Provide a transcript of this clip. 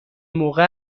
موقع